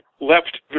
left